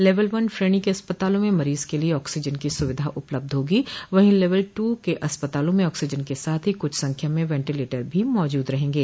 level one श्रेणी के अस्पतालों में मरीज के लिए ऑक्सीजन की सुविधा उपलब्ध होगी वहीं लेवल टू के अस्पतालों में ऑक्सीजन के साथ ही कुछ संख्या में वेंटिलेटर भी मौजूद रहेंगे